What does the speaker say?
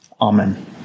Amen